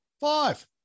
five